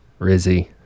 Rizzy